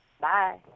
Bye